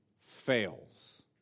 fails